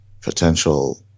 potential